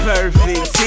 Perfect